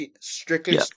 strictly